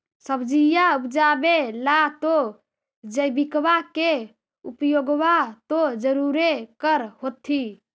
सब्जिया उपजाबे ला तो जैबिकबा के उपयोग्बा तो जरुरे कर होथिं?